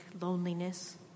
loneliness